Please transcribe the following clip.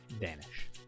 vanish